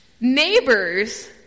neighbors